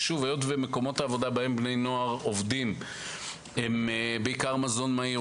היות ומקומות העבודה בהם בני הנוער עובדים הם בעיקר מזון מהיר,